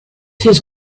his